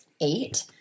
eight